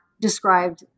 described